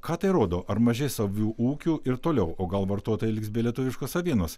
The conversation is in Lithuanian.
ką tai rodo ar mažės avių ūkių ir toliau o gal vartotojai liks be lietuviškos avienos